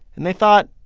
and they thought,